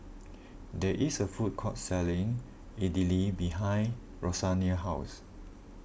there is a food court selling Idili behind Rosanne's house